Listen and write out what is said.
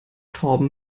torben